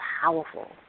powerful